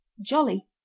Jolly